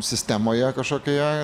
sistemoje kažkokioje